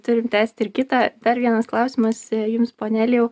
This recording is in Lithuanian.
turim tęsti ir kitą dar vienas klausimas jums pone elijau